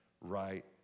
right